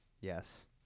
Yes